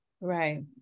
right